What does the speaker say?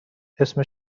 اسم